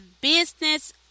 business